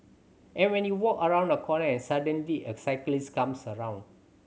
and when you walk around a corner and suddenly a cyclist comes around